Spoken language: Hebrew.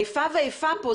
האיפה ואיפה כאן,